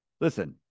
Listen